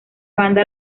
banda